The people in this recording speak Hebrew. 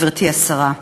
גברתי השרה.